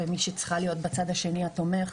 וכמי שצריכה להיות בצד השני התומך,